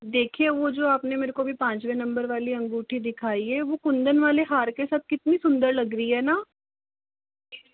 देखिये वो जो आपने मेरे को अभी पाँचवे नंबर वाली अंगूठी दिखाई है वो कुंदन वाले हार के साथ कितनी सुन्दर लग रही है न